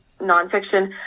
nonfiction